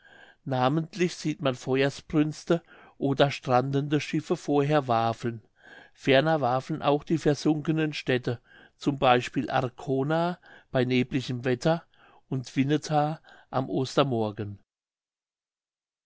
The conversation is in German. namentlich sieht man feuersbrünste oder strandende schiffe vorher wafeln ferner wafeln auch die versunkenen städte z b arkona bei neblichtem wetter und wineta am ostermorgen